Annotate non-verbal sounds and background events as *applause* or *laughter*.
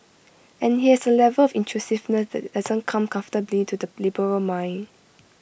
and IT has A level of intrusiveness *unintelligible* that doesn't come comfortably to the liberal mind